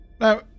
Now